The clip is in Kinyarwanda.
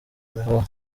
imihoho